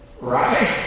Right